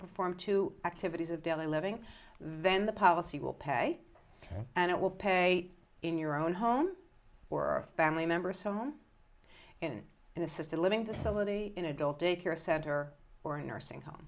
perform to activities of daily living then the policy will pay and it will pay in your own home or a family member or someone in an assisted living facility in adult daycare center or a nursing home